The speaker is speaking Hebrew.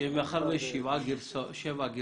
מאחר ויש שבע גרסאות,